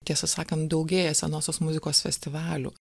tiesą sakant daugėja senosios muzikos festivalių